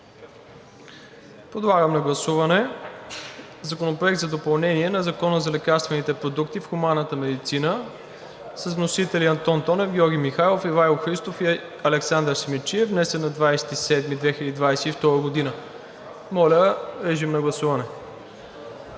подлагам на гласуване Законопроекта за допълнение на Закона за лекарствените продукти в хуманната медицина с вносители Антон Тонев, Георги Михайлов, Ивайло Христов и Александър Симидчиев, внесен на 20 юли 2022 г. Гласували